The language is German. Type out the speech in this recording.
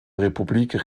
republik